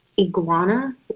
iguana